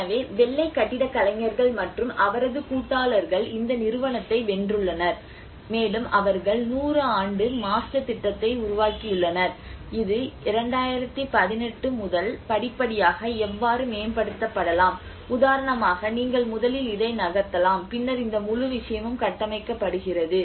எனவே வெள்ளை கட்டிடக் கலைஞர்கள் மற்றும் அவரது கூட்டாளர்கள் இந்த நிறுவனத்தை வென்றுள்ளனர் மேலும் அவர்கள் 100 ஆண்டு மாஸ்டர் திட்டத்தை உருவாக்கியுள்ளனர் இது 2018 முதல் படிப்படியாக எவ்வாறு மேம்படுத்தப்படலாம் உதாரணமாக நீங்கள் முதலில் இதை நகர்த்தலாம் பின்னர் இந்த முழு விஷயமும் கட்டமைக்கப்படுகிறது